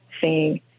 seeing